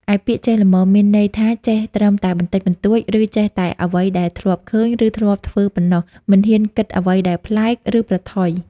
ឯ ពាក្យ "ចេះល្មម" មានន័យថាចេះត្រឹមតែបន្តិចបន្តួច ឬចេះតែអ្វីដែលធ្លាប់ឃើញ ឬធ្លាប់ធ្វើប៉ុណ្ណោះ មិនហ៊ានគិតអ្វីដែលប្លែក ឬប្រថុយ។